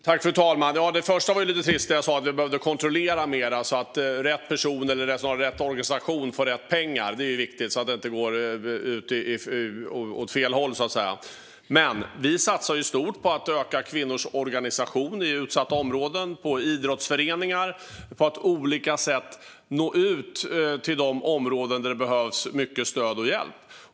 Fru talman! Det jag sa i mitt förra inlägg var ju lite trist - att vi behövde kontrollera mer, så att rätt person eller rätt organisation får rätt pengar. Det är ju viktigt att pengarna inte går åt fel håll. Men vi satsar stort på att öka kvinnors organisation i utsatta områden. Vi satsar på idrottsföreningar och på att på olika sätt nå ut till de områden där det behövs mycket stöd och hjälp.